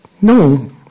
No